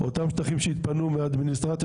אותם שטחים שיתפנו מהאדמיניסטרציה